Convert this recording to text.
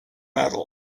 metal